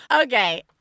Okay